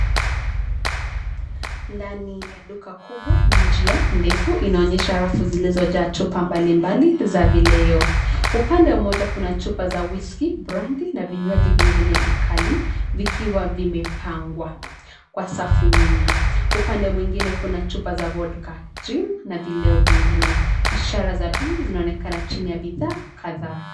Ndani ya duka kubwa, njia ndefu inaonyesha rafu zilizojaa chupa mbalimbali za vileo. Upande mmoja kuna chupa za Whisky, Brandy na vinywaji vingine vikali vikiwa vimepangwa kwa safu nyingi. Upande mwingine kuna chupa za Vodka, Gin na vileo vingine. Ishara za bei zinaonekana chini ya bidhaa kadhaa.